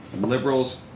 Liberals